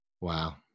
Wow